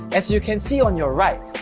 as you can see on your right,